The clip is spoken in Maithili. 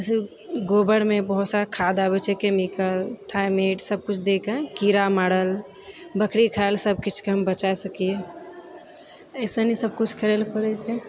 जैसे कि गोबरमे बहुत सारा खाद आबै छै कैमिकल थायमेट सबकिछु दे कर कीड़ा मारल बकरी खाय लऽ सबकिछुके हम बचाय सकियै एसन ही सबकिछु करै लऽ पड़ै छै